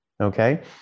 okay